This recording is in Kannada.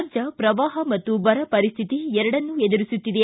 ರಾಜ್ಯ ಪ್ರವಾಹ ಮತ್ತು ಬರ ಪರಿಸ್ಥಿತಿ ಎರಡನ್ನು ಎದುರಿಸುತ್ತಿದೆ